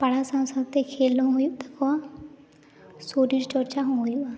ᱯᱟᱲᱦᱟᱣ ᱥᱟᱶᱼᱥᱟᱶᱛᱮ ᱠᱷᱮᱞ ᱦᱚᱸ ᱦᱩᱭᱩᱜ ᱛᱟᱠᱚᱣᱟ ᱥᱚᱨᱤᱨ ᱪᱚᱨᱪᱟ ᱦᱚᱸ ᱦᱩᱭᱩᱜᱼᱟ